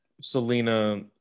selena